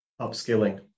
upskilling